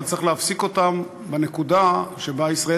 אבל צריך להפסיק אותם בנקודה שבה ישראל